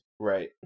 Right